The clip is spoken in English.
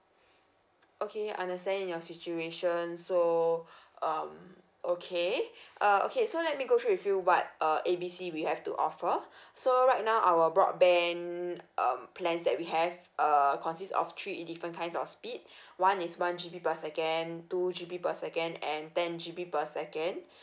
okay I understand your situation so um okay uh okay so let me go through with you what uh A B C we have to offer so right now our broadband um plans that we have err consist of three in different kinds of speed one is one G_B per second two G_B per second and ten G_B per second